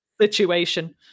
situation